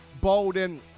Bolden